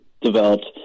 developed